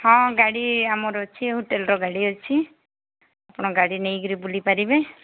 ହଁ ଗାଡ଼ି ଆମର ଅଛି ହୋଟେଲ୍ର ଗାଡ଼ି ଅଛି ଆପଣ ଗାଡ଼ି ନେଇ କିରି ବୁଲି ପାରିବେ